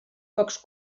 pocs